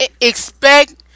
Expect